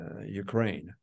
Ukraine